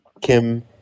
Kim